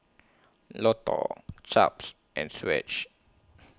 Lotto Chaps and Swatch